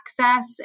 access